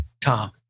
Tom